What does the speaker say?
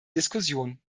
diskussion